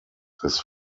des